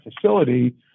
facility